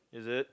is it